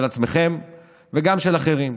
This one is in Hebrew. של עצמכם וגם של אחרים.